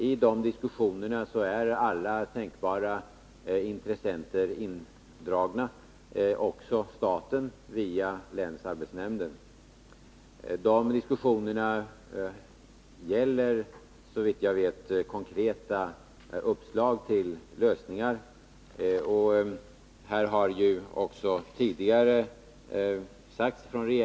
I de diskussionerna är alla tänkbara intressenter indragna, också staten via länsarbetsnämnden. Diskussionerna gäller, såvitt jag vet, konkreta uppslag till lösningar.